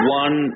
one